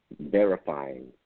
verifying